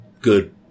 good